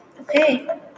Okay